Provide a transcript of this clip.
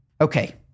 Okay